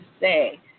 say